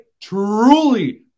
truly